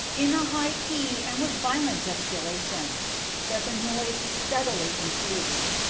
in a high key and with violent gesticulations but the noise steadily increased.